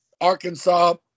Arkansas